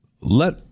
Let